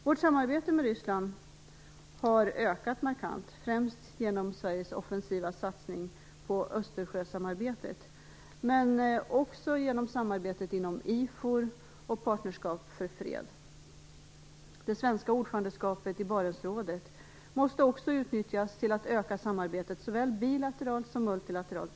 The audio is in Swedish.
Vårt samarbete med Ryssland har ökat markant, främst genom Sveriges offensiva satsning på Östersjösamarbetet, men också genom samarbetet inom IFOR och Partnerskap för fred. Det svenska ordförandeskapet i Barentsrådet måste också utnyttjas till att öka samarbetet med Ryssland såväl bilateralt som multilateralt.